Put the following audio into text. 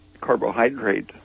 carbohydrate